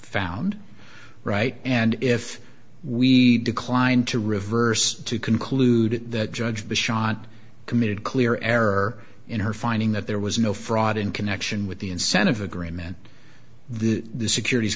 found right and if we declined to reverse to conclude that judge bashaw not committed clear error in her finding that there was no fraud in connection with the incentive agreement the securit